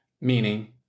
meaning